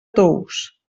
tous